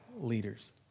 leaders